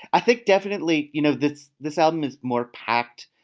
i think definitely you know this this album is more packed.